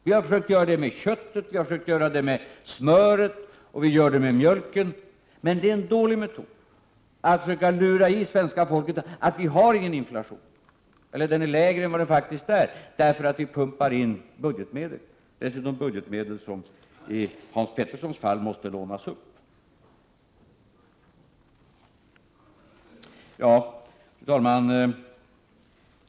Vi har försökt göra detta med köttet, med smöret och med mjölken, men det är en dålig metod att försöka lura i svenska folket att vi inte har någon inflation eller att den är lägre än vad den faktiskt är till följd av att vi pumpar in budgetmedel, dessutom budgetmedel som i Hans Peterssons fall måste lånas upp. Fru talman!